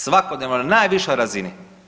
Svakodnevno na najvišoj razini.